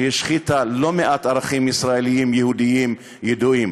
שהשחיתה לא מעט ערכים ישראליים יהודיים ידועים.